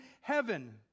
heaven